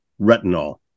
Retinol